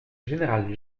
général